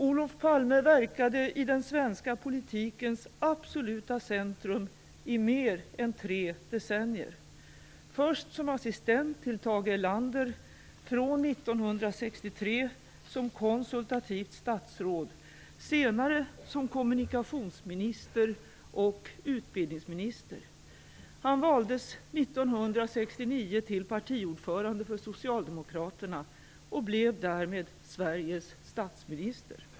Olof Palme verkade i den svenska politikens absoluta centrum i mer än tre decennier. Först verkade han som assistent till statsminister Tage Erlander, från 1963 som konsultativt statsråd och senare som kommunikationsminister och utbildningsminister. Han valdes 1969 till partiordförande för socialdemokraterna och blev därmed Sveriges statsminister.